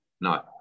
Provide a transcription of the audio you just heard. No